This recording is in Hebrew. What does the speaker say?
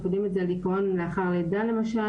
אנחנו יודעים את זה על דיכאון לאחר לידה למשל,